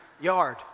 yard